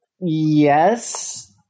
Yes